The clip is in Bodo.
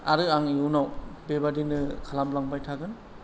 आरो आं इयुनाव बेबादिनो खालामलांबाय थागोन